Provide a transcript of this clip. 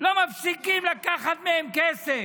לא מפסיקים לקחת מהם כסף.